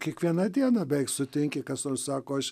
kiekvieną dieną beveik sutinki kas nors sako aš